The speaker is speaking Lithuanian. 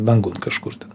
dangun kažkur ten